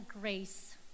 grace